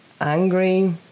angry